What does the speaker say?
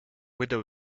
widow